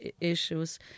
issues